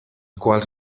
quals